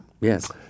Yes